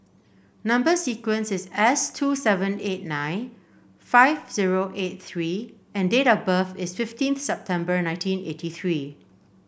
number sequence is S two seven eight nine five zero eight three and date of birth is fifteen September nineteen eighty three